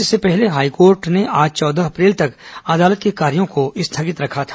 इससे पहले हाईकोर्ट ने आज चौदह अप्रैल तक अदालत के कार्यो को स्थगित रखा था